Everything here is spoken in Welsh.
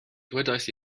dywedais